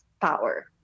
power